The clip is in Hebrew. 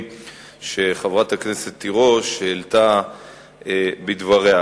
שחברת הכנסת תירוש העלתה בדבריה,